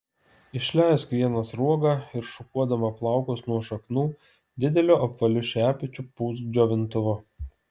išleisk vieną sruogą ir šukuodama plaukus nuo šaknų dideliu apvaliu šepečiu pūsk džiovintuvu